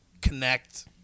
Connect